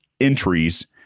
entries